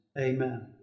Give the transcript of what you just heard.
Amen